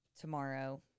tomorrow